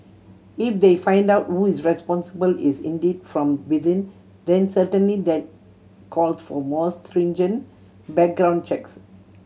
if they find out who is responsible is indeed from within then certainly that calls for more stringent background checks